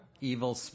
evil